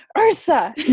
Ursa